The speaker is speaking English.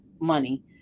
money